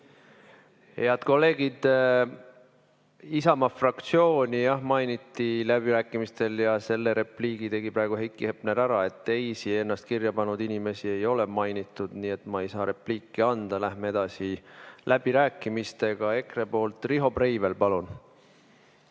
Head kolleegid, Isamaa fraktsiooni mainiti läbirääkimistel ja selle repliigi tegi praegu Heiki Hepner ära. Teisi ennast kirja pannud inimesi ei ole mainitud, nii et ma ei saa repliiki anda. Läheme edasi läbirääkimistega. EKRE nimel Riho Breivel, palun!